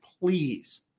please